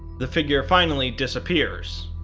the figure finally disappears,